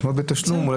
לקנות בתשלום.